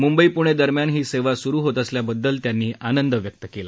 मुंबई प्णे दरम्यान ही सेवा सुरु होत असल्याबद्दल त्यांनी आनंद व्यक्त केला